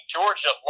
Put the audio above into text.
Georgia